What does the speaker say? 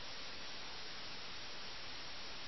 ആ ഗെയിം ഉൽപ്പാദനക്ഷമമായ ഉദ്യമം അല്ല അതാണ് പ്രശ്നം